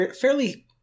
fairly